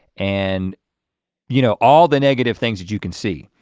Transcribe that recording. and you know all the negative things that you can see.